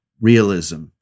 realism